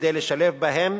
כדי לשלב בהן